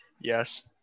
Yes